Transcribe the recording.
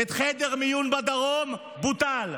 חדר מיון בדרום, בוטל,